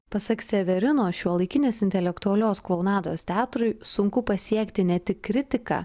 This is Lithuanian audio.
pasak severinos šiuolaikinės intelektualios klounados teatrui sunku pasiekti ne tik kritiką